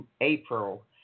April